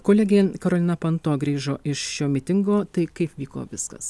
kolegė karolina panto grįžo iš šio mitingo tai kaip vyko viskas